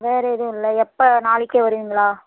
வேறு எதுவும் இல்லை எப்போ நாளைக்கே வருவீங்களா